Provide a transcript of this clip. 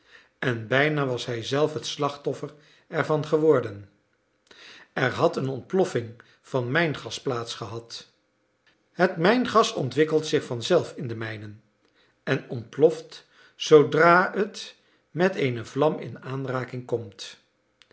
en bijna was hij zelf het slachtoffer ervan geworden er had eene ontploffing van mijngas plaats gehad het mijngas ontwikkelt zich vanzelf in de mijnen en ontploft zoodra het met eene vlam in aanraking komt